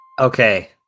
Okay